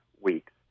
weeks